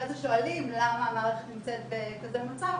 אחרי זה שואלים למה המערכת נמצאת בכזה מצב,